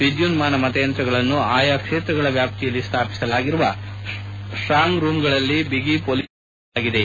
ವಿದ್ಯುನ್ನಾನ ಮತಯಂತ್ರಗಳನ್ನು ಆಯಾ ಕ್ಷೇತ್ರಗಳ ವ್ಯಾಪ್ತಿಯಲ್ಲಿ ಸ್ಮಾಪಿಸಲಾಗಿರುವ ಸ್ಟಾಂಗ್ ರೂಂಗಳಲ್ಲಿ ಬಿಗಿ ಪೋಲೀಸ್ ಪಹರೆಯಲ್ಲಿ ಇಡಲಾಗಿದೆ